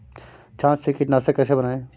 छाछ से कीटनाशक कैसे बनाएँ?